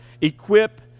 equip